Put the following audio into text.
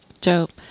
Dope